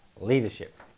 leadership